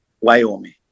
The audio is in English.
Wyoming